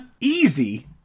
easy